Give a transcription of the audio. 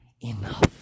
enough